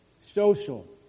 Social